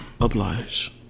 oblige